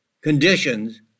conditions